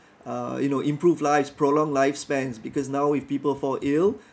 uh you know improve lives prolong lifespans because now if people fall ill